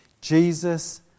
Jesus